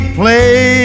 play